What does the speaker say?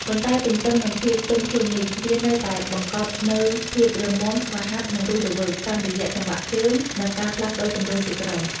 ប៉ុន្តែទន្ទឹមនឹងភាពទន់ភ្លន់នេះ វានៅតែបង្កប់នូវភាពរឹងមាំ ស្វាហាប់ និងរស់រវើក តាមរយៈចង្វាក់ជើង និងការផ្លាស់ប្តូរទម្រង់ជាក្រុម។